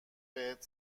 بهت